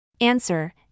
Answer